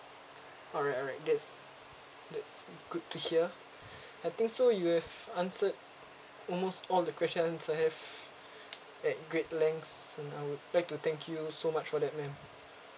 alright alright that's that's good to hear I think so you have answered almost all the questions I have at great lengths and I would like to thank you so much for that ma'am